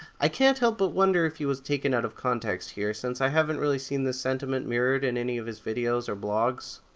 i can't help but wonder if he was taken out of context here, since i haven't really seen this sentiment mirrored in any of his videos or blogs.